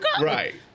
Right